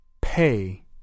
Pay